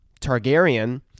Targaryen